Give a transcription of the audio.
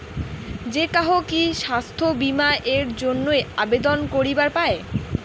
যে কাহো কি স্বাস্থ্য বীমা এর জইন্যে আবেদন করিবার পায়?